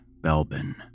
Belbin